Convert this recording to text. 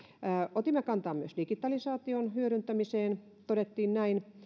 otimme kantaa myös digitalisaation hyödyntämiseen todettiin näin